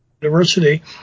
University